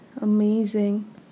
amazing